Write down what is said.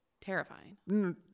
Terrifying